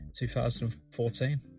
2014